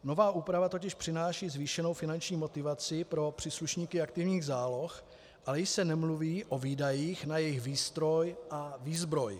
Nová úprava totiž přináší zvýšenou finanční motivaci pro příslušníky aktivních záloh, ale již se nemluví o výdajích na jejich výstroj a výzbroj.